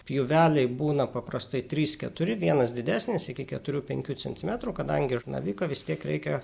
pjūveliai būna paprastai trys keturi vienas didesnis iki keturių penkių centimetrų kadangi ir naviką vis tiek reikia